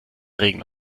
regen